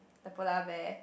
the polar bear